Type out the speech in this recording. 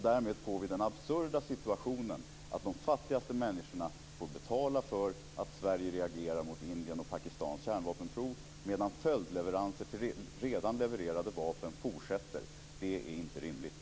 Därmed uppkommer den absurda situationen att de fattigaste människorna får betala för att Sverige reagerar mot Indiens och Pakistans kärnvapenprov, medan följdleveranser till redan levererade vapen fortsätter. Det är inte rimligt.